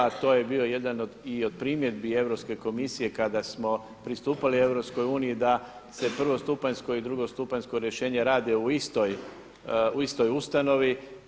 To je bio jedan i od primjedbi Europske komisije kada smo pristupali EU da se prvostupanjsko i drugostupanjsko rješenje rade u istoj ustanovi.